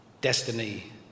Destiny